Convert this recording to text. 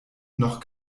noch